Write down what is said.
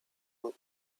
you